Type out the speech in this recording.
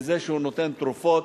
בזה שהוא נותן תרופות,